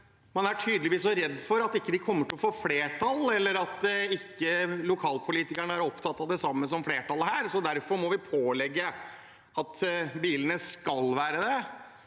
man er tydeligvis redd for at det ikke kommer til å få flertall. Eller så er ikke lokalpolitikerne opptatt av det samme som flertallet her, og derfor må man pålegge at bilene som